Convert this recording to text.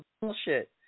bullshit